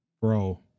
Bro